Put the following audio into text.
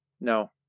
No